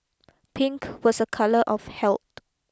pink was a colour of health